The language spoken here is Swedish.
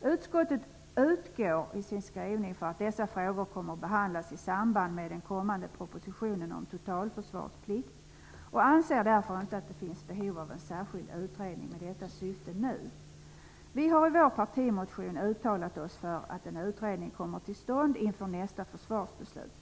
Utskottet utgår i sin skrivning från att dessa frågor kommer att behandlas i samband med den kommande propositionen om totalförsvarsplikt och anser därför att det inte nu finns behov av en särskild utredning med detta syfte. Vi har i vår partimotion uttalat oss för att en utredning kommer till stånd inför nästa försvarsbeslut.